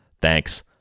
Thanks